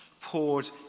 poured